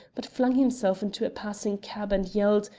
but flung himself into a passing cab and yelled,